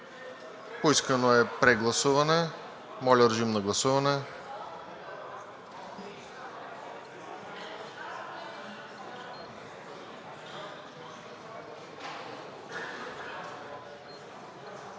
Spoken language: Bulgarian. Поискано е прегласуване. Моля, режим на гласуване.